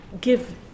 give